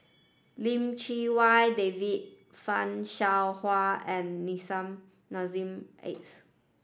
Lim Chee Wai David Fan Shao Hua and Nissim Nassim Adis